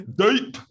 deep